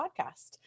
podcast